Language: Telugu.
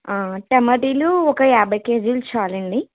టమాటాలు ఒక యాభై కేజీలు చాలు అండి